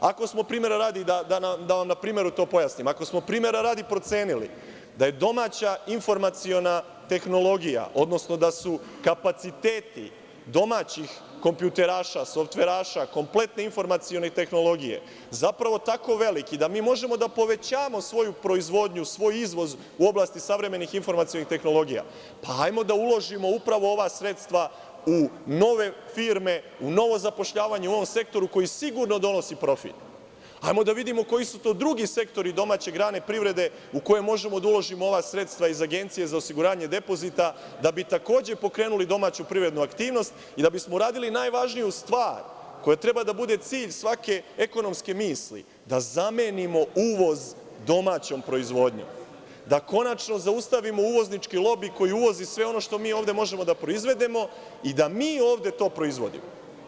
Ako smo primera radi, da vam na primeru pojasnim, procenili, da je domaća informaciona tehnologija, odnosno da su kapaciteti domaćih kompjuteraša, softveraša, kompletne informacione tehnologije, zapravo tako veliki da mi možemo da povećamo svoju proizvodnju, svoj izvoz u oblasti savremenih informaconih tehnologija, hajde da uložimo upravo ova sredstva u nove firme, u novo zapošljavanje, u ovom sektoru koji sigurno donosi profit, hajde da vidimo koji su to drugi sektori domaće grane privrede u koje možemo da uložimo ova sredstva iz Agencije za osiguranje depozita, da bi takođe pokrenuli domaću privrednu aktivnost i da bismo uradili najvažniju stvar koju treba da bude cilj svake ekonomske misli, da zamenimo uvoz domaćom proizvodnjom, da konačno zaustavimo uvoznički lobi koji uvozi ovde sve ono što mi možemo da proizvedemo i da mi to ovde proizvodimo.